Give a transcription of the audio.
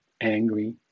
angry